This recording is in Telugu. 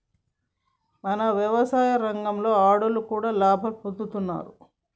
మన యవసాయ రంగంలో ఆడోళ్లు కూడా లాభం పొందుతున్నారు